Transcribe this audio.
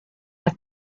had